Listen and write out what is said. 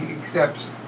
accepts